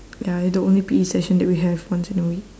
ya the only P_E session that we have once in a week